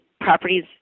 properties